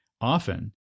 often